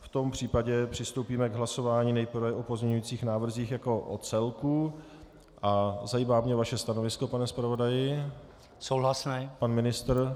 V tom případě přistoupíme k hlasování nejprve o pozměňujících návrzích jako o celku a zajímá mě vaše stanovisko, pane zpravodaji. . Pan ministr?